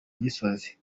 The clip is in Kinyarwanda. gisozi